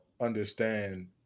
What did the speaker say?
understand